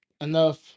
enough